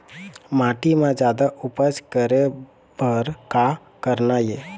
माटी म जादा उपज करे बर का करना ये?